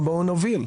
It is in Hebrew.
בואו נוביל.